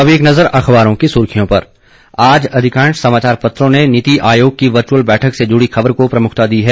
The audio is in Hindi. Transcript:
अब एक नज़र अखबारों की सुर्खियों पर आज अधिकांश समाचार पत्रों ने नीति आयोग की वर्चुअल बैठक से जुड़ी खबर को प्रमुखता दी हैं